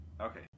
Okay